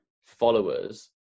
followers